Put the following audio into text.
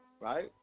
right